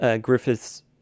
Griffith's